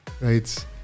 right